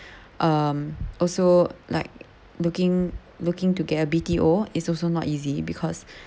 um also like looking looking to get a B_T_O is also not easy because